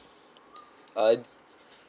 uh